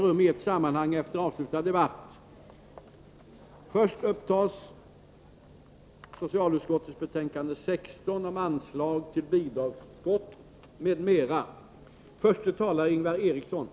I fråga om detta betänkande hålls gemensam överläggning för samtliga punkter. Under den gemensamma överläggningen får yrkanden framställas beträffande samtliga punkter i betänkandet.